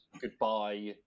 goodbye